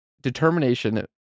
determination